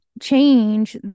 change